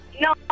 No